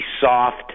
soft